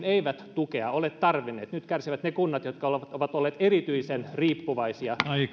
eivät tukea ehkä ole tarvinneet nyt kärsivät ne kunnat jotka ovat olleet erityisen riippuvaisia